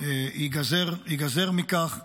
ייגזר מכך